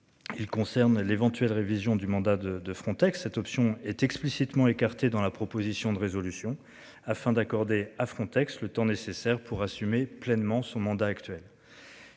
Il concerne l'éventuelle révision du mandat de de Frontex. Cette option est explicitement écarté dans la proposition de résolution afin d'accorder à Frontex. Le temps nécessaire pour assumer pleinement son mandat actuel.